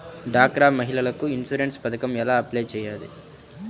డ్వాక్రా మహిళలకు ఇన్సూరెన్స్ పథకం ఎలా అప్లై చెయ్యాలి?